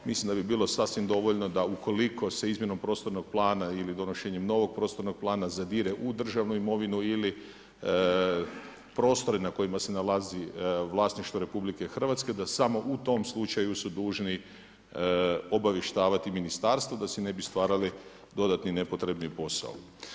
Mislim da bi bilo sasvim dovoljno da ukoliko se izmjenom prostornog plana ili donošenjem novog prostornog plana zadire u državnu imovinu ili prostore na kojima se nalazi vlasništvo Republike Hrvatske da samo u tom slučaju su dužni obavještavati ministarstvo da si ne bi stvarali dodatni nepotrebni posao.